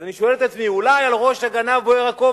אז אני שואל את עצמי: אולי על ראש הגנב בוער הכובע?